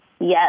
Yes